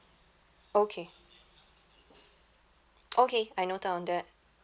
okay okay I note down on that